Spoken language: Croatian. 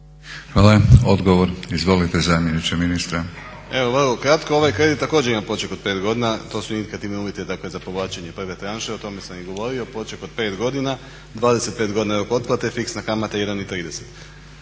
Hvala. Odgovor. Izvolite zamjeniče ministra. **Rađenović, Igor (SDP)** Evo vrlo kratko. Ovaj kredit također ima poček od 5 godina. To su indikativni uvjeti dakle za povlačenje prve tranše. O tome sam i govorio. Poček od 5 godina, 25 godina je rok otplate, fiksna kamata